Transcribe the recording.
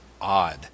odd